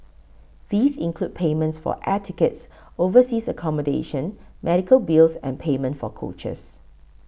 these include payments for air tickets overseas accommodation medical bills and payment for coaches